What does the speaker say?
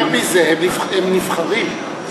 יותר מזה, הם נבחרים.